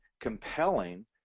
compelling